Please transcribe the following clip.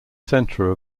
center